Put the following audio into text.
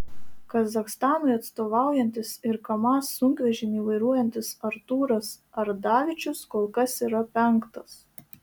kazachstanui atstovaujantis ir kamaz sunkvežimį vairuojantis artūras ardavičius kol kas yra penktas